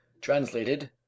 Translated